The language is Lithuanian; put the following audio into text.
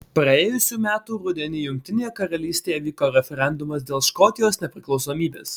praėjusių metų rudenį jungtinėje karalystėje vyko referendumas dėl škotijos nepriklausomybės